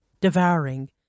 devouring